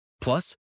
Plus